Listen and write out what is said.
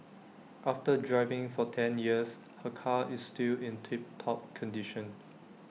after driving for ten years her car is still in tip top condition